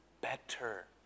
better